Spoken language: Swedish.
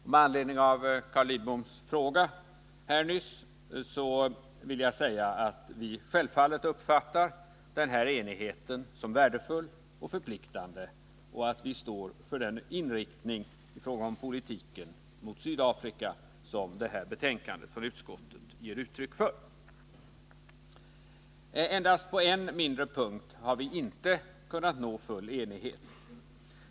I det sammanhanget vill jag med anledning av Carl Lidboms fråga säga att vi självfallet uppfattar den enighet som föreligger som värdefull och förpliktande och att vi står för den inriktning i fråga om politiken mot Sydafrika som detta betänkande från utskottet ger uttryck för. På en punkt har vi dock inte kunnat nå full enighet.